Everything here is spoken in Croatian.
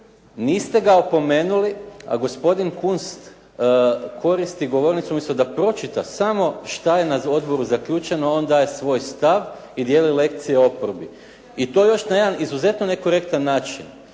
Niste ga opomenuli, a gospodin Kunst koristi govornicu, umjesto da pročita samo što je na odboru zaključeno on daje svoj stav i dijeli lekcije oporbi i to još na jedan izuzetno nekorektan način,